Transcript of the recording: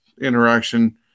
interaction